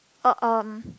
oh um